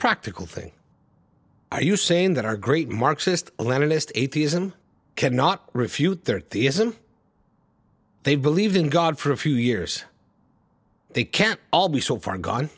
practical thing are you saying that our great marxist leninist atheism cannot refute their theism they believe in god for a few years they can't all be so far gone